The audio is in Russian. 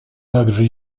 также